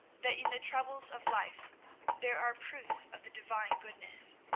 that in the troubles of life there are proofs of the divine goodness,